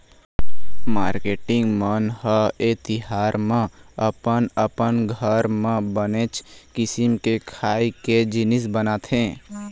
marketing मन ह ए तिहार म अपन अपन घर म बनेच किसिम के खाए के जिनिस बनाथे